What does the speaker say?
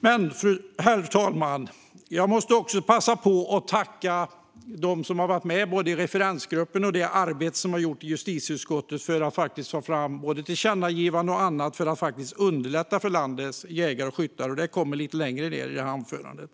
Men, herr talman, jag måste passa på att tacka dem som har varit med i referensgruppen och i det arbete som har gjorts i justitieutskottet när det gäller att ta fram tillkännagivande och annat för att underlätta för landets jägare och skyttar. Detta kommer jag till lite längre fram i detta anförande.